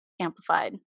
amplified